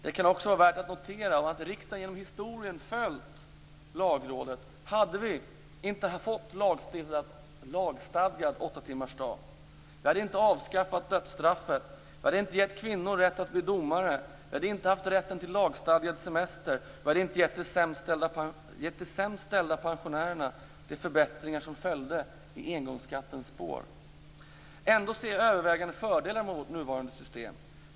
Det kan också vara värt att notera att om riksdagen genom historien hade följt Lagrådet hade vi inte fått lagstadgad åttatimmarsdag. Vi hade inte avskaffat dödsstraffet, inte gett kvinnor rätt att bli domare, inte haft rätten till lagstadgad semester och inte gett de sämst ställda pensionärerna de förbättringar som följde i engångsskattens spår. Ändå ser jag till övervägande delen fördelar med vårt nuvarande system.